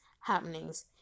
happenings